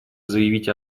заявить